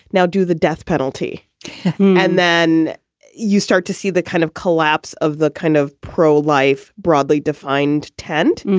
now do the death penalty and then you start to see the kind of collapse of the kind of pro-life, broadly defined tent.